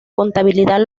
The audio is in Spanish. contabilidad